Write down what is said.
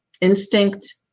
instinct